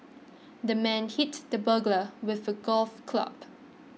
the man hit the burglar with a golf club